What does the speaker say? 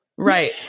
Right